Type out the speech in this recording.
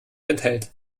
enthält